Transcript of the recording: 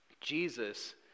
Jesus